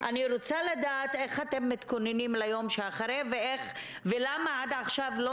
אני רוצה לדעת איך אתם מתכוננים ליום שאחרי ולמה עד עכשיו לא